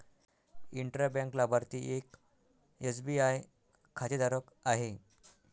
intra bank लाभार्थी एक SBI खातेधारक आहे